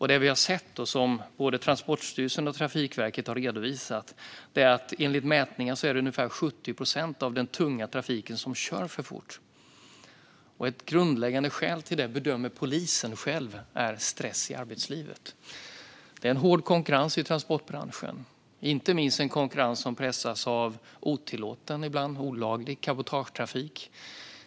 Det vi har sett och som både Transportstyrelsen och Trafikverket har redovisat är att enligt mätningar kör ungefär 70 procent av den tunga trafiken för fort. Ett grundläggande skäl till detta bedömer polisen vara stress i arbetslivet. Det är hård konkurrens i transportbranschen, inte minst den konkurrens som pressas av otillåten och ibland olaglig cabotagetrafik.